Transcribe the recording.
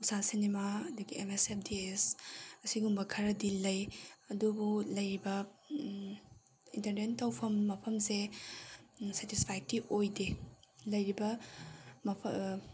ꯎꯁꯥ cinema ꯑꯗꯒꯤ M S D F ꯑꯁꯤꯒꯨꯝꯕ ꯈꯔꯗꯤ ꯂꯩ ꯑꯗꯨꯕꯨ ꯂꯩꯔꯤꯕ ꯏꯟꯇꯔꯇꯦꯟ ꯇꯧꯐꯝ ꯃꯐꯝꯁꯦ ꯁꯦꯇꯤꯁꯐꯥꯏꯠꯇꯤ ꯑꯣꯏꯗꯦ ꯂꯩꯔꯤꯕ